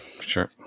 sure